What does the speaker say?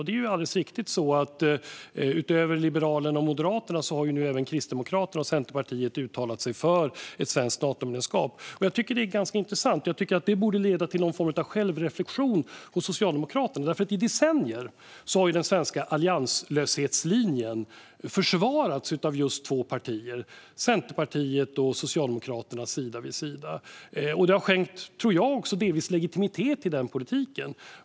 Det är alldeles riktigt att vid sidan av Liberalerna och Moderaterna har nu även Kristdemokraterna och Centerpartiet uttalat sig för ett svenskt Natomedlemskap. Jag tycker att detta är ganska intressant och borde leda till någon form av självreflektion hos Socialdemokraterna. I decennier har den svenska allianslöshetslinjen nämligen försvarats av just Centerpartiet och Socialdemokraterna, sida vid sida. Detta har, tror jag, delvis skänkt legitimitet till den politiken.